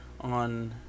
on